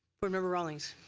board member rawlings.